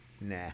Nah